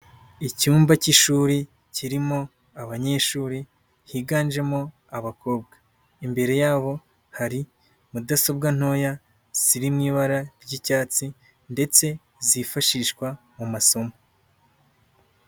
Icyumba cy'ishuri kirimo abanyeshuri higanjemo abakobwa, imbere yabo hari mudasobwa ntoya ziri mu ibara ry'icyatsi ndetse zifashishwa mu masomo.